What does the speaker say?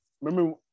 remember